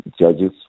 judges